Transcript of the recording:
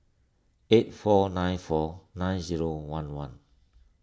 eight four nine four nine zero one one